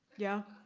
yeah?